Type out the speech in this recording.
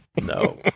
No